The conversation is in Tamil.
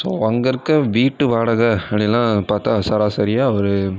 ஸோ அங்கே இருக்க வீட்டு வாடகை அப்படிலாம் பார்த்தா சராசரியாக ஒரு